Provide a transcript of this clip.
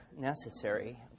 necessary